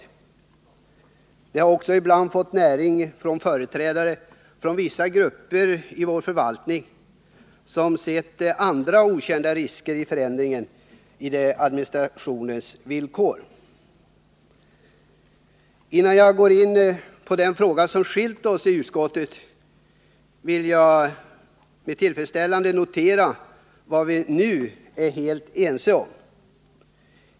Motsättningarna har också ibland fått näring från företrädare för vissa grupper i vår förvaltning som sett andra okända risker i förändringar i administrationens villkor. Innan jag går in på den fråga som skiljt oss i utskottet åt vill jag med tillfredsställelse notera vad vi nu är helt ense om.